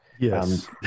Yes